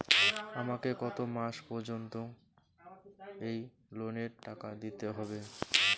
আমাকে কত মাস পর্যন্ত এই লোনের টাকা দিতে হবে?